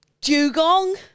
dugong